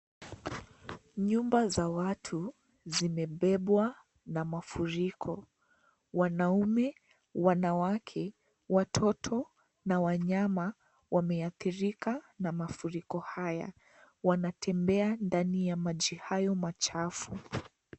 Nyumba za watu zimebebwa na mafuriko. Wanaume, wanawake, watoto , na wanyama wameadhirika na mafuriko haya. Wanatembea ndani ya maji hayo machafu.